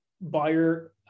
buyer